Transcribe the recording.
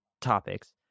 topics